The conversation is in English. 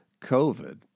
COVID